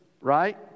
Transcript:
right